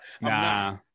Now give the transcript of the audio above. nah